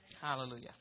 Hallelujah